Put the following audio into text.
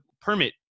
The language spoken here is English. permit